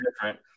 different